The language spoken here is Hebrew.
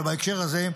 ובהקשר הזה,